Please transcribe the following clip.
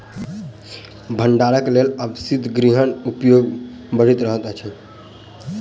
भंडारणक लेल आब शीतगृहक उपयोग बढ़ि रहल अछि